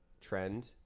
trend